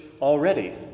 already